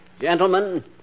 Gentlemen